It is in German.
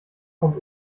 kommt